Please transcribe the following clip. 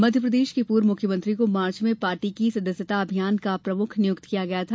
मध्यप्रदेश के पूर्व मुख्यमंत्री को मार्च में पार्टी की सदस्यता अभियान का प्रमुख नियुक्त किया गया था